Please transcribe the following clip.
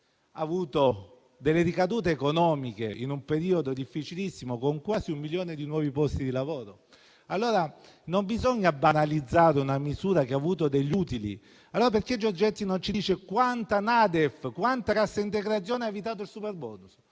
delle ricadute economiche in un periodo difficilissimo e che ha generato quasi un milione di nuovi posti di lavoro. Non bisogna banalizzare una misura che ha avuto degli utili. Perché Giorgetti non ci dice quanta NADEF, quanta cassa integrazione ha evitato il superbonus?